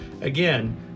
Again